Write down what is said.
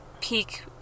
peak